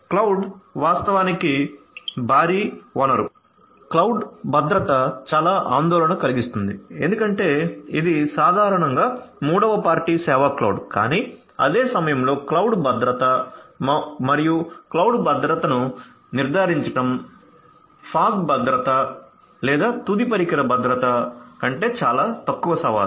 cloud వాస్తవానికి భారీ వనరుక్లౌడ్ భద్రత చాలా ఆందోళన కలిగిస్తుంది ఎందుకంటే ఇది సాధారణంగా మూడవ పార్టీ సేవా క్లౌడ్ కానీ అదే సమయంలో క్లౌడ్ భద్రత మరియు క్లౌడ్ భద్రతను నిర్ధారించడం ఫాగ్ భద్రత లేదా తుది పరికర భద్రత కంటే తక్కువ సవాలు